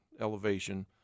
elevation